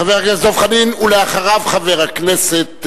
חבר הכנסת דב חנין, ואחריו, חבר הכנסת השיח'